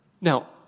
Now